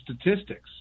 statistics